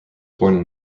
born